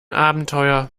abenteuer